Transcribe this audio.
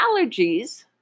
allergies